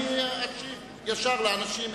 אני אשיב ישר לאנשים,